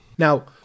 Now